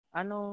ano